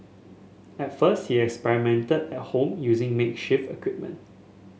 at first he experimented at home using makeshift equipment